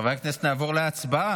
חברי הכנסת, נעבור להצבעה